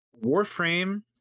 Warframe